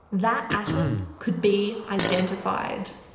that atom could be identified.